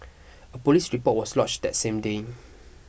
a police report was lodged that same day